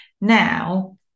Now